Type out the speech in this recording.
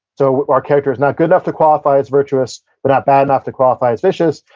so, our character is not good enough to qualify as virtuous, but not bad enough to qualify as vicious.